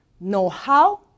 know-how